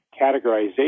categorization